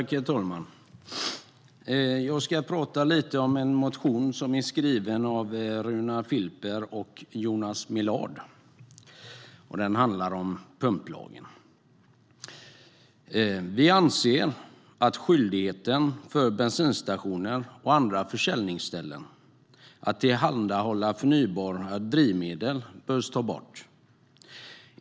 Herr talman! Jag ska tala lite om en motion som är skriven av Runar Filper och Jonas Millard. Den handlar om pumplagen. Vi anser att skyldigheten för bensinstationer och andra försäljningsställen att tillhandahålla förnybara drivmedel bör tas bort.